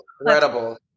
incredible